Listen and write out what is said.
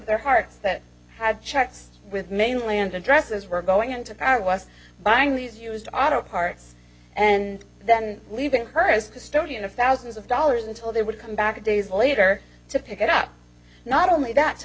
their hearts that have charts with mainland addresses were going into power was buying these used auto parts and then leaving her as custodian of thousands of dollars until they would come back a days later to pick it up not only that to